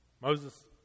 Moses